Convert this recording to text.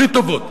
בלי טובות,